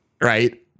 right